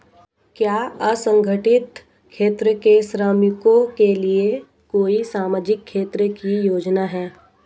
क्या असंगठित क्षेत्र के श्रमिकों के लिए कोई सामाजिक क्षेत्र की योजना है?